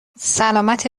سلامت